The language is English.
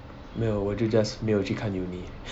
没有我就 just 没有去看 uni